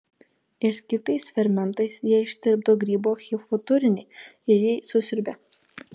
išskirtais fermentais jie ištirpdo grybo hifo turinį ir jį susiurbia